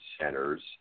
centers